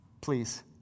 please